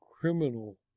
criminal